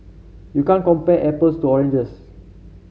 you can't compare apples to oranges